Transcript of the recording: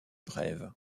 brève